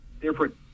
different